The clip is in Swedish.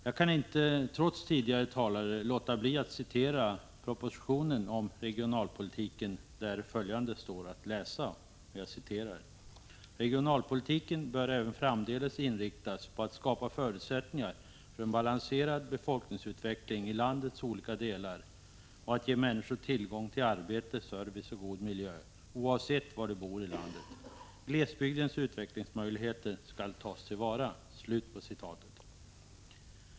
Jag kan inte, trots vad som sagts av tidigare talare, låta bli att citera propositionen om regionalpolitiken, där följande står att läsa: ”Regionalpolitiken bör även framdeles inriktas på att skapa förutsättningar för en balanserad befolkningsutveckling i landets olika delar och att ge människor tillgång till arbete, service och god miljö oavsett var de bor i landet. Glesbygdens utvecklingsmöjligheter skall tas till vara”.